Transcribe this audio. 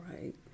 Right